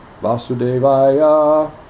vasudevaya